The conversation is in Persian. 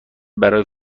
برای